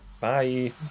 Bye